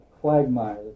quagmire